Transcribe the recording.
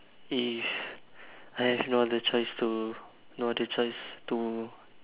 if I have no other choice to no other choice to